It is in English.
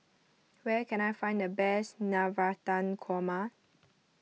where can I find the best Navratan Korma